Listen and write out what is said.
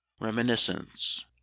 reminiscence